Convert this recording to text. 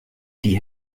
die